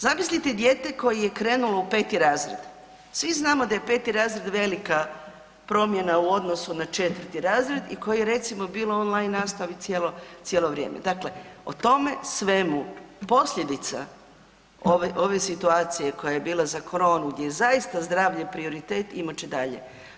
Zamislite dijete koje je krenulo u 5. razred, svi znamo da je 5. razred velika promjena u odnosu na 4. razred i koje je recimo bilo u online nastavi cijelo, cijelo vrijeme, dakle o tome svemu posljedica ove situacije koja je bila za koronu gdje je zaista zdravlje prioritet imat će dalje.